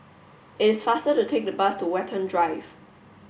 it's faster to take the bus to Watten Drive